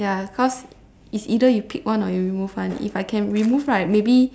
ya cause is either you pick one or you remove one if I can remove right maybe